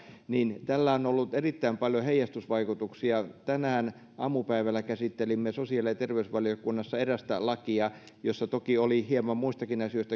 niin tällä on ollut erittäin paljon heijastusvaikutuksia tänään aamupäivällä käsittelimme sosiaali ja terveysvaliokunnassa erästä lakia jossa toki oli hieman muistakin asioista